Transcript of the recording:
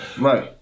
right